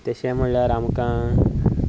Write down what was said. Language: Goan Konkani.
तशें म्हणल्यार आमकां